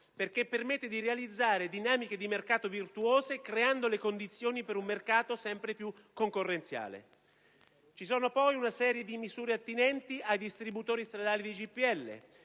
perché permette di realizzare dinamiche di mercato virtuose creando le condizioni per un mercato sempre più concorrenziale. Ci sono poi una serie di misure attinenti ai distributori stradali di GPL,